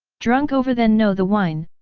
drunk over then know the wine,